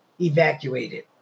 evacuated